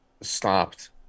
stopped